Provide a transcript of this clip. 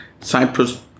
Cyprus